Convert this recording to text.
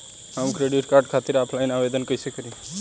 हम credit card खातिर offline आवेदन कइसे करि?